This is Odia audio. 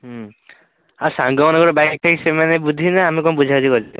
ଆଉ ସାଙ୍ଗ ମାନଙ୍କର ବାଇକ୍ ଫାଇକ୍ ସେମାନେ ବୁଝିବେ ନା ଆମେ କ'ଣ ବୁଝାବୁଝି